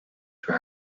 for